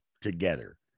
together